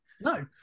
No